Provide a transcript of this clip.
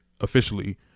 officially